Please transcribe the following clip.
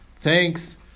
thanks